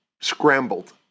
scrambled